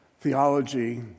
Theology